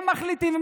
הם מחליטים.